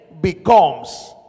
becomes